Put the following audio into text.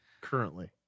currently